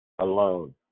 alone